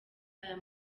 aya